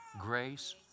grace